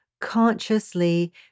consciously